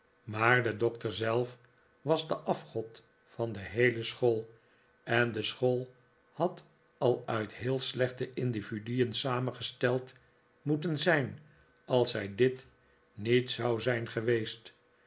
maar de doctor zelf was de afgod van de heele school en de school had al uit heel slechte individuen samengesteld moeten zijn als hij dit niet zou zijn geweest